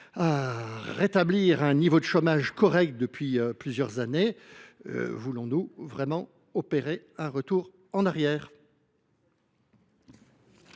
à rétablir un niveau de chômage correct depuis plusieurs années : voulons nous vraiment effectuer un retour en arrière ?